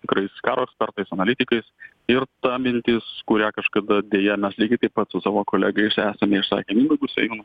tikrais karo ekspertais analitikais ir ta mintis kurią kažkada deja mes lygiai taip pat su savo kolega iš esame išsakę mindaugu sėjūnu